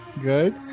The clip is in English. good